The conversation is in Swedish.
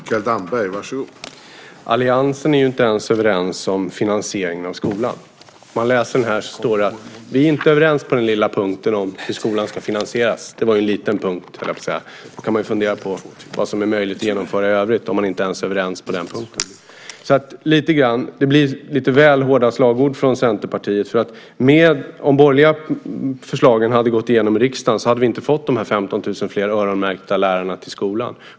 Herr talman! Alliansen är ju inte ens överens om finansieringen av skolan. Jag läser här att ni inte är överens på den lilla punkten om hur skolan ska finansieras. Det var ju en liten punkt, höll jag på att säga. Då kan man ju fundera på vad som är möjligt att genomföra i övrigt, om man inte ens är överens på den punkten. Det blir lite väl hårda slagord från Centerpartiet. Om de borgerliga förslagen hade gått igenom i riksdagen så hade vi inte fått de öronmärkta medlen till 15 000 fler lärare i skolan.